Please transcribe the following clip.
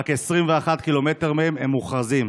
רק 21 קילומטר מהם הם מוכרזים.